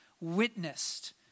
witnessed